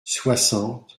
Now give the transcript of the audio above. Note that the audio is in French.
soixante